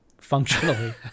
functionally